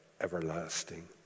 everlasting